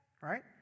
right